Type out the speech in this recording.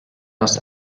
aus